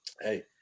hey